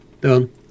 done